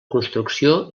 construcció